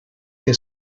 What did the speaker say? que